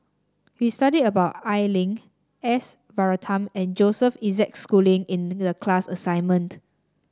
we studied about Al Lim S Varathan and Joseph Isaac Schooling in the class assignment